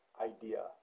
idea